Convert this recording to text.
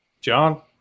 John